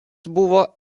buvo